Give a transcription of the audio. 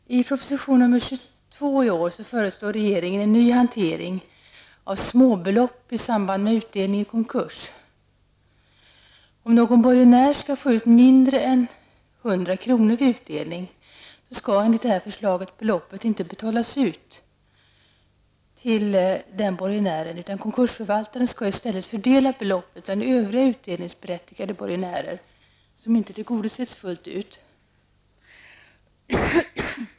Herr talman! I proposition nr 22 i år föreslår regeringen en ny hantering av utbetalning av småbelopp i samband med utdelning i konkurs. Om någon borgenär skall få ut mindre än 100 kr. i utdelning skall enligt förslaget beloppet inte betalas ut till borgenären, utan konkursförvaltaren skall i stället fördela beloppet till övriga utdelningsberättigade borgenärer som inte tillgodoses fullt ut.